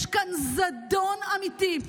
יש כאן זדון אמיתי.